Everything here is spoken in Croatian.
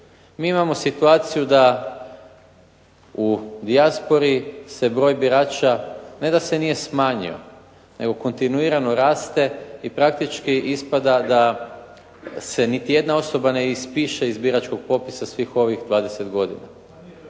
Mi imamo situaciju da u dijaspori se broj birača ne da se nije smanjio nego kontinuirano raste i praktički ispada da se niti jedna osoba ne ispiše iz biračkog popisa svih ovih 20 godina.